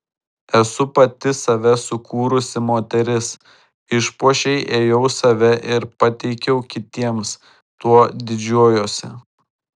esu pati save sukūrusi moteris išpuošei ėjau save ir pateikiau kitiems tuo didžiuojuosi